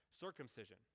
circumcision